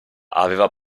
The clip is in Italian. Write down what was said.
aveva